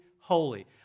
holy